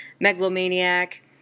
megalomaniac